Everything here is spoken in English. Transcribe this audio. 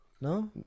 No